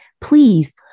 Please